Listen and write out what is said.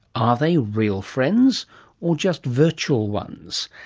are they real friends or just virtual ones?